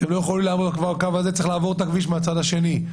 צריך לעבור את הכביש לצד השני,